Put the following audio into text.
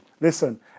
Listen